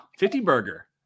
50-burger